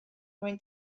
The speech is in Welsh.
mwyn